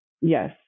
Yes